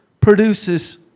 produces